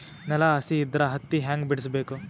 ನೆಲ ಹಸಿ ಇದ್ರ ಹತ್ತಿ ಹ್ಯಾಂಗ ಬಿಡಿಸಬೇಕು?